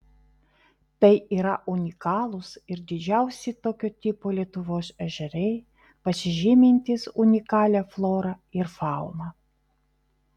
tai yra unikalūs ir didžiausi tokio tipo lietuvos ežerai pasižymintys unikalia flora ir fauna